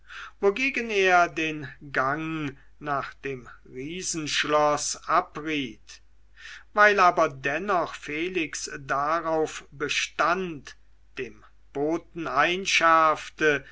wogegen er den gang nach dem riesenschloß abriet weil aber dennoch felix darauf bestand dem